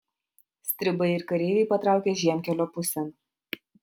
stribai ir kareiviai patraukė žiemkelio pusėn